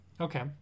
Okay